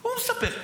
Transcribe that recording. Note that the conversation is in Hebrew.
הוא מספר.